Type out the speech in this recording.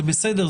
זה בסדר,